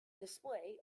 display